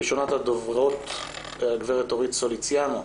ראשונת הדוברות גב' אורית סוליציאנו,